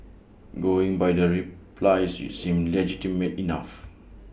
going by the replies IT seems legitimate enough